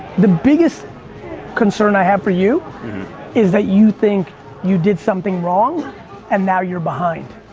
the biggest concern i have for you is that you think you did something wrong and now you're behind.